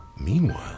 meanwhile